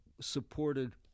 supported